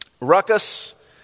Ruckus